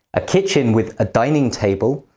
a kitchen with a dining table,